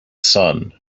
sun